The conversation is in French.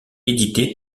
édité